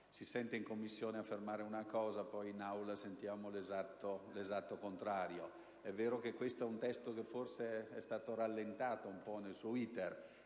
Si sente in Commissione affermare una cosa, poi, in Aula, sentiamo l'esatto contrario. È vero che questo è un testo che forse è stato rallentato un po' nel suo *iter*